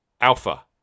Alpha